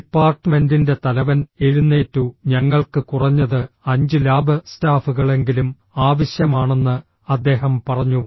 ഡിപ്പാർട്ട്മെന്റിന്റെ തലവൻ എഴുന്നേറ്റു ഞങ്ങൾക്ക് കുറഞ്ഞത് അഞ്ച് ലാബ് സ്റ്റാഫുകളെങ്കിലും ആവശ്യമാണെന്ന് അദ്ദേഹം പറഞ്ഞു